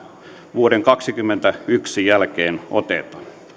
vuoden kaksikymmentäyksi jälkeen oteta